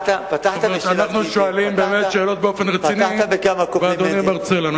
שאנחנו שואלים שאלות באופן רציני ואדוני מרצה לנו.